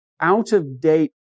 out-of-date